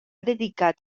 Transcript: dedicat